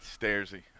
Stairsy